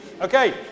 Okay